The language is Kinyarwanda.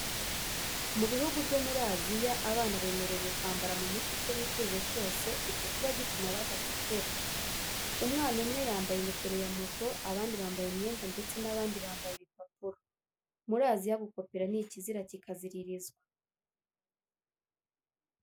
Mu bihugu byo muri Aziya abana bemerewe kwambara mu mutwe icyo bifuje cyose gipfa kuba gituma badakopera. Umwana umwe yambaye ingofero ya moto, abandi bambaye imyenda ndetse n'abandi bambaye ibipapuro. Muri Aziya gukopera ni ikizira kikaziririzwa.